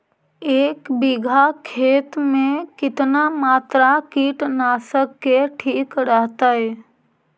एक बीघा खेत में कितना मात्रा कीटनाशक के ठिक रहतय?